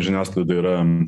žiniasklaida yra